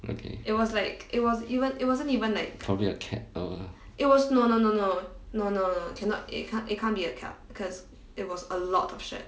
okay probably a cat uh lah